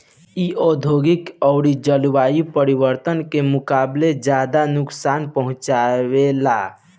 इ औधोगिक अउरी जलवायु परिवर्तन के मुकाबले ज्यादा नुकसान पहुँचावे ला